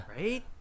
Right